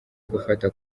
gufata